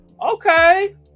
okay